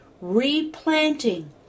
replanting